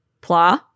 Pla